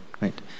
right